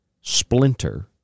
splinter